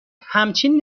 همچین